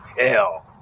Hell